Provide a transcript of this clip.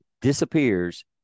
disappears